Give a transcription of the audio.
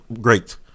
great